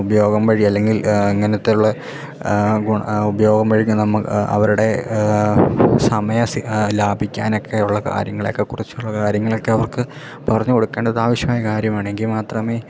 ഉപയോഗം വഴി അല്ലെങ്കിൽ അങ്ങനത്തെ ഉള്ള ഉപയോഗം വഴി നമ്മൾ അവരുടെ സമയം ലാഭിക്കാനൊക്കെ ഉള്ള കാര്യങ്ങളെയൊക്കെ കുറിച്ചുള്ള കാര്യങ്ങളൊക്കെ അവർക്ക് പറഞ്ഞു കൊടുക്കേണ്ടത് ആവശ്യമായ കാര്യമാണെങ്കിൽ മാത്രമേ